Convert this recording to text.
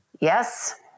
yes